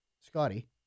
Scotty